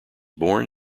born